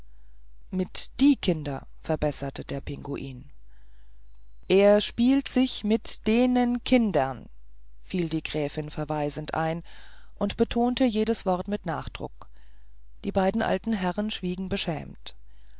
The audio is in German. mit die kinder verbesserte der pinguin er spielt sich mit denen kindern fiel die gräfin verweisend ein und betonte jedes wort mit nachdruck die beiden alten herren schwiegen beschämt